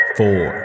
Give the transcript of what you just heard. four